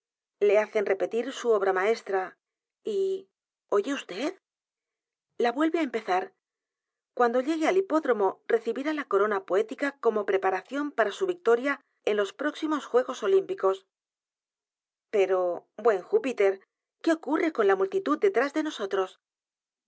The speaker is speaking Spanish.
le hacen repetir su obra maestra y oye vd edgar poe novelas y cuentos la vuelve á empezar cuando llegue al hipódromo recibirá la corona poética como preparación para su victoria en los próximos juegos olímpicos p e r o buen j ú p i t e r q u é ocurre en la multitud detrás de nosotros